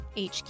HQ